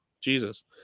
Jesus